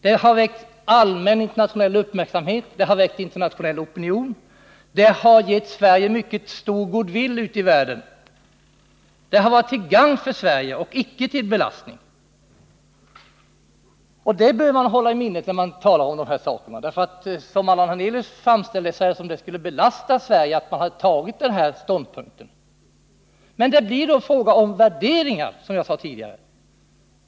Det har väckt allmän internationell uppmärksamhet, det har skapat internationell opinion och det har gett Sverige mycket stor goodwill ute i världen. Det har varit till gagn för Sverige — det har icke varit en belastning. Detta bör man hålla i minnet, när man talar om de här sakerna, för som Allan Hernelius framställde det hela verkar det som om det skulle belasta Sverige att man intagit denna ståndpunkt. Men det blir då fråga om värderingar, som jag sade tidigare.